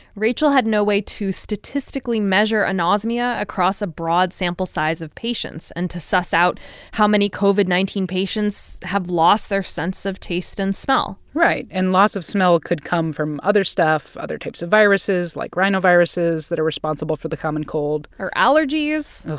rachel had no way to statistically measure anosmia across a broad sample size of patients and to suss out how many covid nineteen patients have lost their sense of taste and smell right. and loss of smell could come from other stuff, other types of viruses, like rhinoviruses that are responsible for the common cold or allergies ugh,